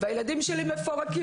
הילדים שלי מפורקים,